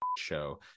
show